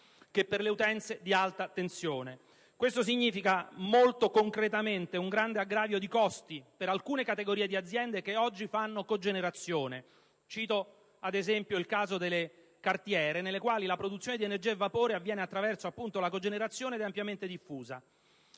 che per le utenze di alta tensione. Ciò significa, molto concretamente, un grande aggravio di costi per alcune categorie di aziende, che oggi fanno cogenerazione. Cito, ad esempio, il caso delle cartiere, nelle quali la produzione di energia e vapore avviene attraverso la cogenerazione, che è ampiamente diffusa.